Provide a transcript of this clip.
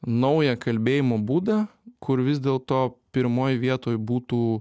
naują kalbėjimo būdą kur vis dėlto pirmoj vietoj būtų